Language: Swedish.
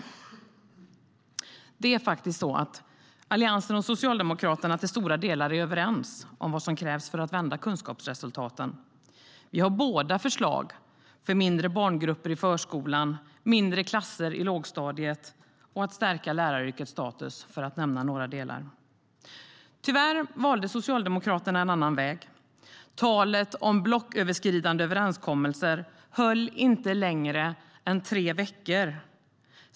Det är faktiskt så att Alliansen och Socialdemokraterna till stora delar är överens om vad som krävs för att vända kunskapsresultaten. Vi har båda förslag för mindre barngrupper i förskolan, mindre klasser i lågstadiet och för att stärka läraryrkets status - för att nämna några delar. Tyvärr valde Socialdemokraterna en annan väg. Talet om blocköverskridande överenskommelser höll inte längre än tre veckor.